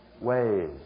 ways